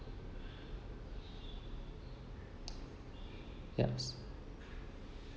yes